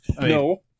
No